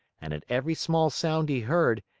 and at every small sound he heard,